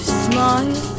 smile